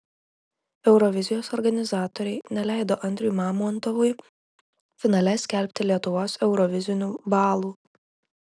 eurovizijos organizatoriai neleido andriui mamontovui finale skelbti lietuvos eurovizinių balų